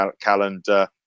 calendar